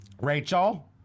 Rachel